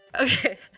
Okay